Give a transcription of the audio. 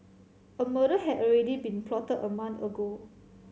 a murder had already been plotted a month ago